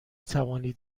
توانید